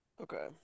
Okay